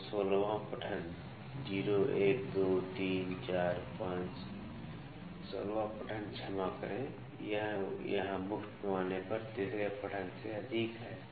तो १६ वाँ पठन ० १ २ ३ ४ ५ १६ वाँ पठन क्षमा करें यह यहाँ मुख्य पैमाने पर तीसरे पठन से अधिक है